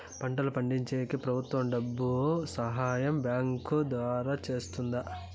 పంటలు పండించేకి ప్రభుత్వం డబ్బు సహాయం బ్యాంకు ద్వారా చేస్తుందా?